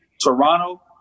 Toronto